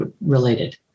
related